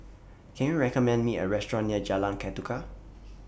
Can YOU recommend Me A Restaurant near Jalan Ketuka